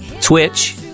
Twitch